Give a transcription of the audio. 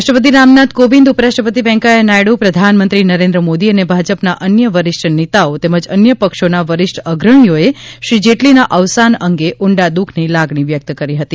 રાષ્ટ્રપતિ રામનાથ કોવિંદ ઉપરાષ્ટ્રપતિ વૈંકેયા નાયડુ પ્રધાનમંત્રી નરેન્દ્ર મોદી અને ભાજપના અન્ય વરિષ્ઠ નેતાઓ તેમજ અન્ય પક્ષોના વરિષ્ઠ અગ્રણીઓએ શ્રી જેટલીના અવસાન અંગે ઉંડા દ્દઃખની લાગણી વ્યક્ત કરી હતી